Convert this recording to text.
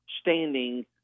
standing